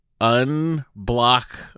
unblock